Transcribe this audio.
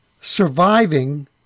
surviving